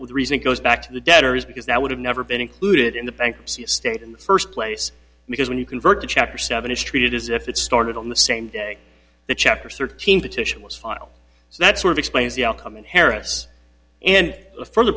with reason it goes back to the debtors because that would have never been included in the bankruptcy estate in the first place because when you convert to chapter seven it's treated as if it started on the same day the chapter thirteen petition was filed so that sort of explains the outcome in harris and